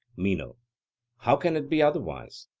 meno how can it be otherwise?